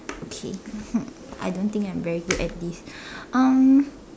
okay hmm I don't think I am very good at this um